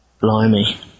Blimey